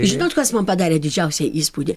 žinot kas man padarė didžiausią įspūdį